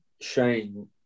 Shane